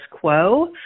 quo